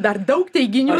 dar daug teiginių